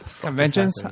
Conventions